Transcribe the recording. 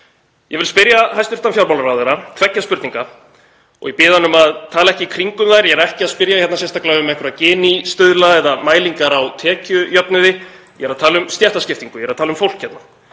Ég vil spyrja hæstv. fjármálaráðherra tveggja spurninga og ég bið hann um að tala ekki í kringum þær. Ég er ekki að spyrja sérstaklega um einhverja Gini-stuðla eða mælingar á tekjujöfnuði, ég er að tala um stéttaskiptingu, ég er að tala um fólk hérna.